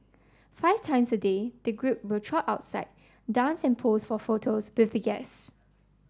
five times a day the group will trot outside dance and pose for photos with the guests